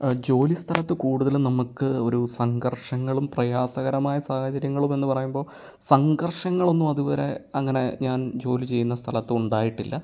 ജോലിസ്ഥലത്ത് കൂടുതലും നമുക്ക് ഒരു സംഘർഷങ്ങളും പ്രയാസകരമായ സാഹചര്യങ്ങളും എന്ന് പറയുമ്പോൾ സംഘർഷങ്ങൾ ഒന്നും അതുവരെ അങ്ങനെ ഞാൻ ജോലി ചെയ്യുന്ന സ്ഥലത്ത് ഉണ്ടായിട്ടില്ല